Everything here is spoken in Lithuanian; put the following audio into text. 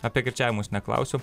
apie kirčiavimus neklausiu